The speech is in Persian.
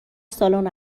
سالن